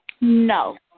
No